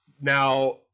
now –